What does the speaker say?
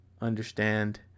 understand